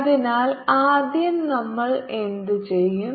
അതിനാൽ ആദ്യം നമ്മൾ എന്തു ചെയ്യും